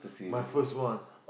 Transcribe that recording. my first one